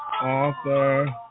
Author